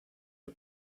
are